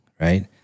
right